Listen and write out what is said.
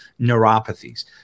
neuropathies